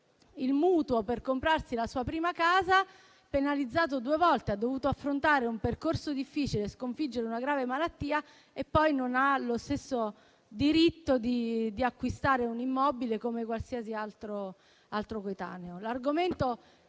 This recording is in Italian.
il mutuo per comprarsi la sua prima casa; egli sarebbe penalizzato due volte: ha dovuto affrontare un percorso difficile e sconfiggere una grave malattia e poi non ha lo stesso diritto di acquistare un immobile come qualsiasi altro coetaneo.